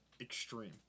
extreme